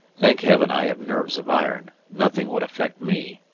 thank heaven i have nerves of iron nothing would affect me!